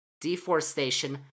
deforestation